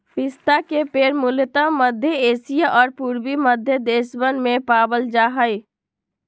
पिस्ता के पेड़ मूलतः मध्य एशिया और पूर्वी मध्य देशवन में पावल जा हई